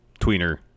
tweener